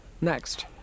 Next